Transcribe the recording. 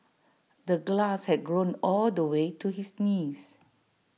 the grass had grown all the way to his knees